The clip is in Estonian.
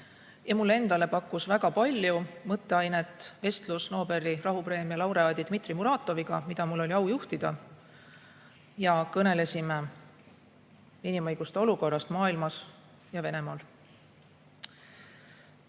Mulle endale pakkus väga palju mõtteainet vestlus Nobeli rahupreemia laureaadi Dmitri Muratoviga, mida mul oli au juhtida. Kõnelesime inimõiguste olukorrast maailmas ja Venemaal.